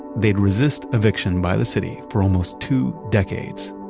they'd resist eviction by the city for almost two decades,